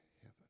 heaven